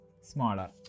smaller